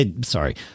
sorry